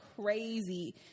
crazy